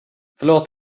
förlåt